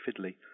fiddly